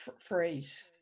phrase